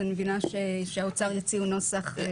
אני מבינה שהאוצר יציעו נוסח.